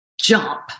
jump